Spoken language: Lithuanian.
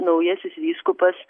na naujasis vyskupas